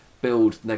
build